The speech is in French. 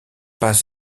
pas